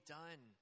done